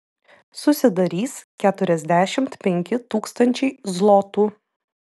susidarys keturiasdešimt penki tūkstančiai zlotų